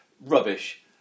Rubbish